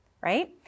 right